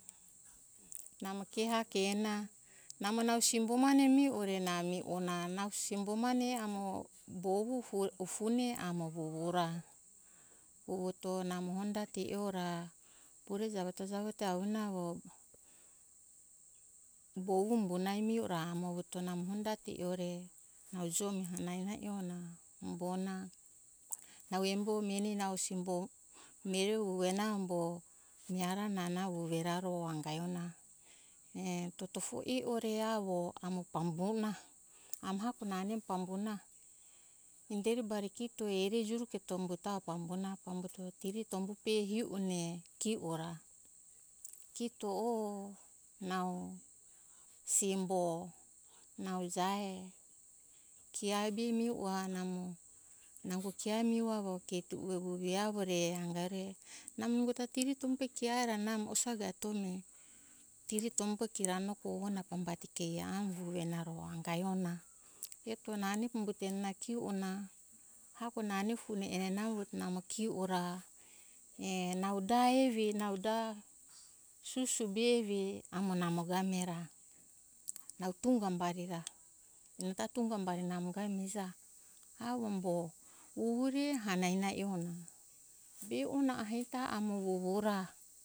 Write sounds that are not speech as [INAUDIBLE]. Namo ke hako hena namo nau simbo mane miho ore na miho on ana nau simbo mane amo bovu ofone amo vovo ra puvuto namo honda te e ora pure javo te javo te avonu avo bovu umbona miho ra amo vuto namo honda te e ore nau jo miha hanana e ona umbona nau embo meni nau simbo mire ue na ambo mihera na na vuve ra ro anga e ona [HESITATION] totofu e ore avo amo pambo na amo hako nane pambo na inderi bari kito heri juruketo umbuto avo pambo na pambuto tiri tombu pe hio one ki ora kito o nau simbo. nau jae kia be miho namo nango kia miho avo kito ue re avo re anga re namo ungo ta tiri tumbo kia ra namo osaga eto mi tiri tombu kia namo kogo na pambati ke amo puve na ro anga e ona eto nane umbuto enana kio ona hako nane fue ere na avo namo kio ora e nau da evi nau da susu be amo namo ga mihe ran au tunga bari ra donda tunga bari namo ga mihija avo umbo vuvu re hanana e ona be ona ahita amo vovo ra